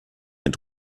mit